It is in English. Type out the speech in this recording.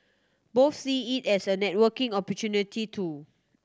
both see it as a networking opportunity too